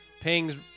Ping's